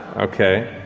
okay.